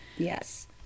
Yes